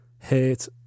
Hate